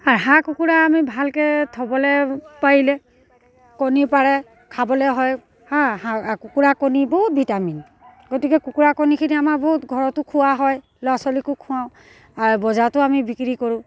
আৰু হাঁহ কুকুৰা আমি ভালকৈ থ'বলৈ পাৰিলে কণী পাৰে খাবলৈ হয় হাঁ আকৌ কুকুৰা কণী বহুত ভিটামিন গতিকে কুকুৰা কণীখিনি আমাৰ বহুত ঘৰতো খোৱা হয় ল'ৰা ছোৱালীকো খুৱাওঁ আৰু বজাৰতো আমি বিক্ৰী কৰোঁ